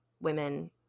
women